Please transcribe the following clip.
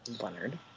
Leonard